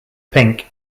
pink